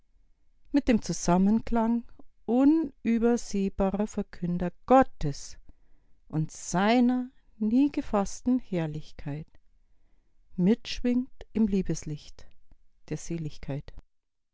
mit dem zusammenklang unübersehbarer verkünder gottes und seiner nie gefassten herrlichkeit mitschwingt im liebeslicht der seligkeit